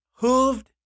hooved